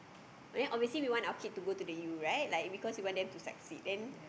then obviously we want our kid to go to the uni right because we want them to succeed then